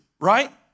right